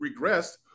regressed